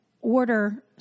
order